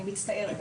אני מצטערת ,